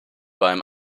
beim